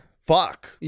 fuck